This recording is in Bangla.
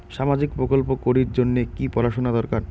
সামাজিক প্রকল্প করির জন্যে কি পড়াশুনা দরকার?